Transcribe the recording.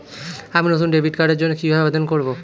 আমি নতুন ডেবিট কার্ডের জন্য কিভাবে আবেদন করব?